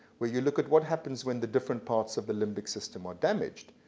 where you look at what happens when the different parts of the limbic system are damaged,